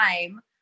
time